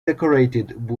decorated